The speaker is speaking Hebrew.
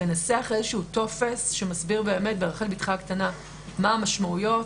לנסח איזשהו טופס שמסביר ברחל בתך הקטנה מה המשמעויות,